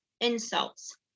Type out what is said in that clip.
insults